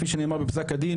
כפי שנאמר בפסק הדין,